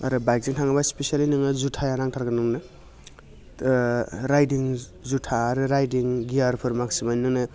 आरो बाइकजों थाङोब्ला स्पेसियेलि नोंनो जुथाया नांथारगोन नोंनो राइडिं जुथा आरो राइडिं गियारफोर माखासे मानि नोंनो